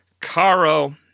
Caro